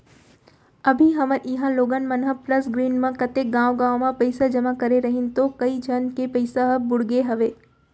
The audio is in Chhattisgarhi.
अभी हमर इहॉं लोगन मन ह प्लस ग्रीन म कतेक गॉंव गॉंव म पइसा जमा करे रहिन तौ कइ झन के पइसा ह बुड़गे हवय